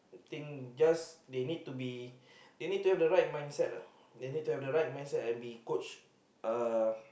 think just they need to be they need to have the right mindset uh they need to have the right mindset and be coach uh